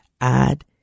add